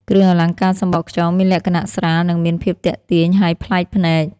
គ្រឿងអលង្ការសំបកខ្យងមានលក្ខណៈស្រាល និងមានភាពទាក់ទាញ ហើយប្លែកភ្នែក។